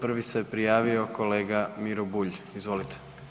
Prvi se prijavio kolega Miro Bulj, izvolite.